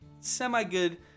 semi-good